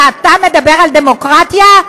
ואתה מדבר על דמוקרטיה?